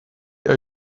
are